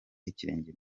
ikirenge